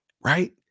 Right